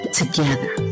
together